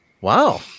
Wow